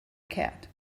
cat